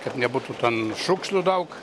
kad nebūtų ten šiukšlių daug